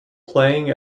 playing